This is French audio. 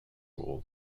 gros